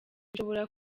bishobora